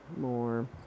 more